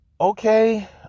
okay